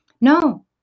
No